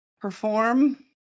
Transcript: perform